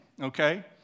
okay